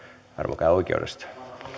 käy oikeudesta